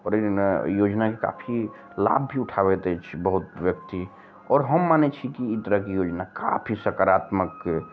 आओर जेना योजनाके काफी लाभ भी उठाबैत अछि बहुत ब्यक्ति आओर हम मानै छी की ई तरहके योजना काफी सकारात्मक